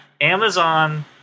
Amazon